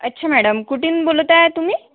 अच्छा मॅडम कुढून बोलत आहे तुम्ही